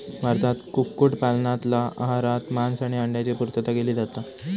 भारतात कुक्कुट पालनातना आहारात मांस आणि अंड्यांची पुर्तता केली जाता